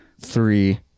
three